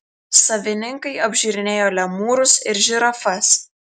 savininkai apžiūrinėjo lemūrus ir žirafas